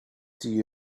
the